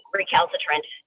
recalcitrant